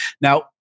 Now